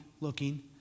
looking